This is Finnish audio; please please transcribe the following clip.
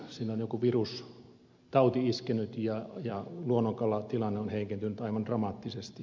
sinne on joku virustauti iskenyt ja luonnonkalatilanne on heikentynyt aivan dramaattisesti